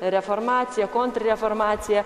reformacija kontrreformacija